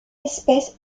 espèce